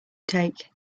take